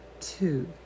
two